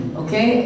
okay